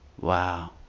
Wow